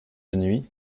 nuit